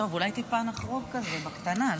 טוב, אולי טיפה נחרוג כזה, בקטנה.